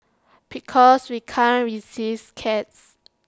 because we can't resist cats